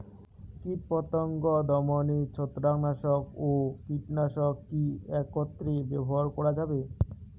কীটপতঙ্গ দমনে ছত্রাকনাশক ও কীটনাশক কী একত্রে ব্যবহার করা যাবে?